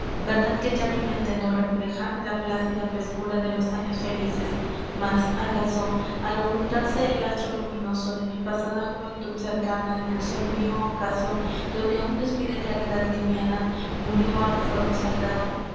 verdad que ya mi mente no refleja la plácida frescura de los años felices mas acaso al ocultarse el astro luminoso de mi pasada juventud cercana en el sombrío ocaso donde áun despide claridad liviana murió el fuego sagrado